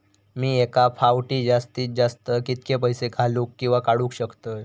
मी एका फाउटी जास्तीत जास्त कितके पैसे घालूक किवा काडूक शकतय?